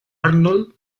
arnold